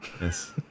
Yes